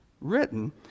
written